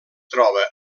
troba